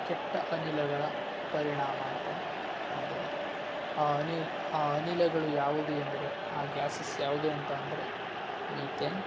ಕೆಟ್ಟ ಅನಿಲಗಳ ಪರಿಣಾಮ ಅಂತಲೇ ಅನ್ನಬಹುದು ಆ ಅನಿಲ್ ಆ ಅನಿಲಗಳು ಯಾವುದು ಎಂದರೆ ಆ ಗ್ಯಾಸಸ್ ಯಾವುದು ಅಂತ ಅಂದರೆ ಮಿಥೇನ್